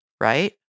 right